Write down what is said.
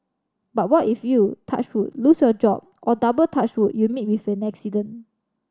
but what if you touch wood lose your job or double touch wood you meet with an accident